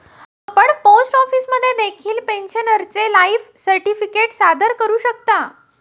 आपण पोस्ट ऑफिसमध्ये देखील पेन्शनरचे लाईफ सर्टिफिकेट सादर करू शकता